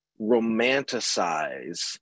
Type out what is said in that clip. romanticize